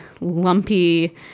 lumpy